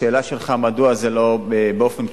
לשאלה שלך מדוע זה לא באופן קבוע,